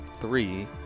three